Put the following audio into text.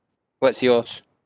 what's yours